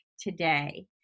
today